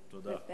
תודה.